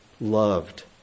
loved